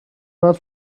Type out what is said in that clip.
not